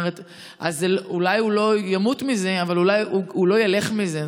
אז אולי הוא לא ימות מזה אבל הוא לא ילך מזה.